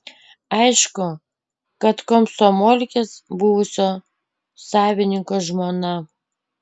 aišku kad komsomolkės buvusio savininko žmona